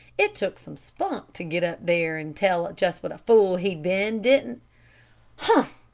it took some spunk to get up there and tell just what a fool he'd been, didn't humph!